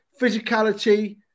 physicality